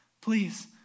Please